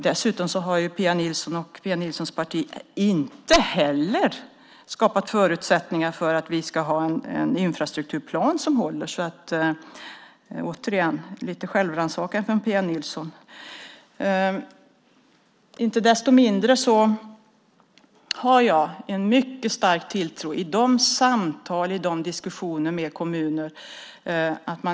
Dessutom har Pia Nilsson och Pia Nilssons parti inte heller skapat förutsättningar för att vi ska ha en infrastrukturplan som håller. Återigen: Lite självrannsakan från Pia Nilsson! Jag har en mycket stark tilltro till de kommuner som jag för samtal med.